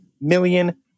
million